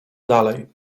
dalej